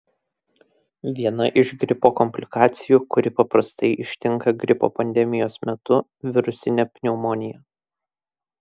viena iš gripo komplikacijų kuri paprastai ištinka gripo pandemijos metu virusinė pneumonija